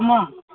हुआँ